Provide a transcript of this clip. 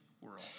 world